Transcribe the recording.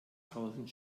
tausend